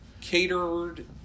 catered